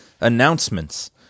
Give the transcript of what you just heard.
Announcements